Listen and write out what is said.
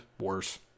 worse